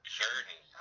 journey